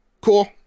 Cool